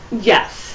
Yes